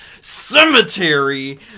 Cemetery